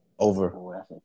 Over